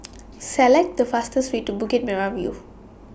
Select The fastest Way to Bukit Merah View